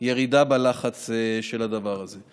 נתחיל לראות ירידה בלחץ של הדבר הזה.